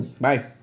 Bye